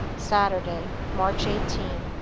saturday, march eighteen,